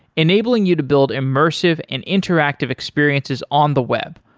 enabling you to build immersive and interactive experiences on the web,